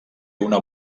una